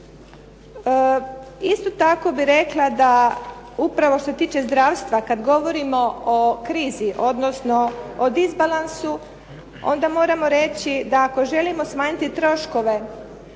Isto tako bih rekla da upravo što se tiče zdravstva kad govorimo o krizi odnosno o disbalansu onda moramo reći da ako želimo smanjiti troškove